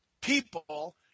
people